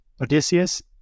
Odysseus